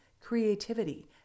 creativity